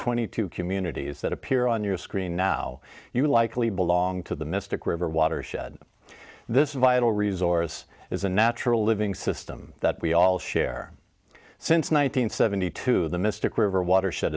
twenty two communities that appear on your screen now you likely belong to the mystic river watershed this vital resource is a natural living system that we all share since one thousand nine hundred seventy two the mystic river watersh